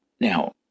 Now